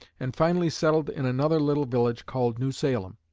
and finally settled in another little village called new salem,